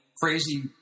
crazy